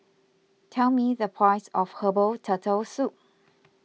tell me the price of Herbal Turtle Soup